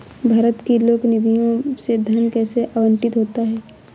भारत की लोक निधियों से धन कैसे आवंटित होता है?